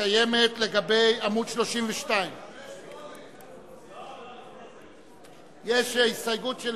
קיימת לגבי עמוד 32. 5, 8. יש הסתייגות של